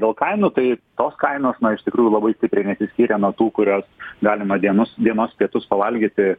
dėl kainų tai tos kainos iš tikrųjų labai stipriai nesiskyrė nuo tų kurios galima dienus dienos pietus pavalgyti